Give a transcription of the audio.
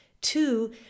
Two